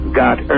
got